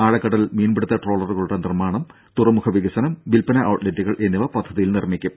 ആഴക്കടൽ മീൻപിടിത്ത ട്രോളറുകളുടെ നിർമ്മാണം തുറമുഖ വികസനം വിൽപ്പന ഔട്ലെറ്റുകൾ എന്നിവ പദ്ധതിയിൽ നിർമ്മിക്കും